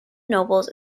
nobles